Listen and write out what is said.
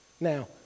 Now